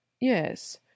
Yes